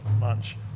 lunch